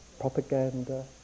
propaganda